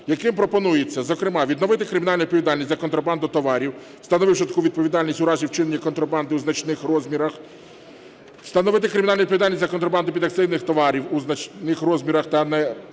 яким пропонується, зокрема, відновити кримінальну відповідальність за контрабанду товарів, встановивши таку відповідальність у разі вчинення контрабандою в значних розмірах. Встановити кримінальну відповідальність за контрабанду підакцизних товарів у значних розмірах та недостовірне